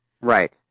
Right